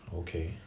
okay